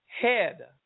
head